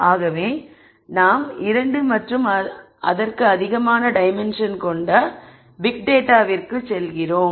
ஆகவே நாம் இரண்டு மற்றும் அதற்கு அதிகமான டைமென்ஷன் கொண்ட பிக் டேட்டா விற்கு செல்கிறோம்